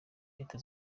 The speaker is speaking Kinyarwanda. leta